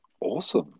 Awesome